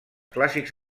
clàssics